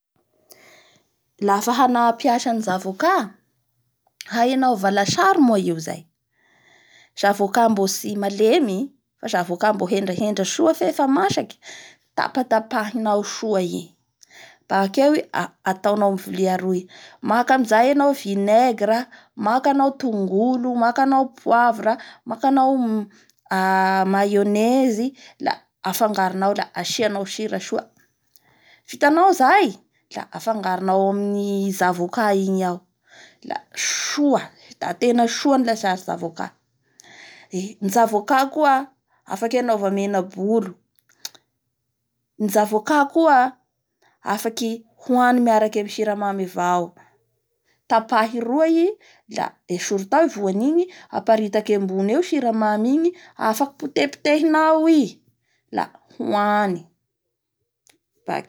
Lafa hana-hampiasa ny zavoka hay anaova lasary moa io zay zavoka mbo tsy malemy. Zavoka mbo henjahenja soa fe masaky. Tapatapahinao soa i bakeo i ata-ataonao amin'ny viia aroy maka amizay anao vinègra, maka anao tongolo, maka anao poivre a. Maka anao mayonaise a afangaroanao a asianao sira soa vitanao zay a afangaronao amin'ny zavoka igny ao a soa da tena soa ny zavoka. Ee ny zavoka koa afaky anaova menabolo ny zavoka koa voany miaraky amin-ny siramamy avao, tapahy roa i da esory tao i voany igny da apetaky ambony eo simamy igny, afaky potepotehinao i la hoany.